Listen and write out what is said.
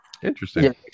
Interesting